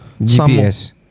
GPS